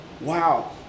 wow